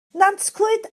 nantclwyd